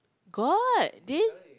got then